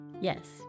Yes